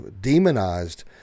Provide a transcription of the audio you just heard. demonized